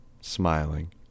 smiling